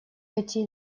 эти